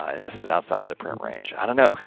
and this is outside of the print range. i don't know,